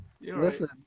listen